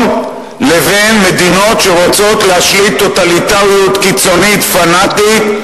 לבין מדינות שרוצות להשליט טוטליטריות קיצונית פנאטית,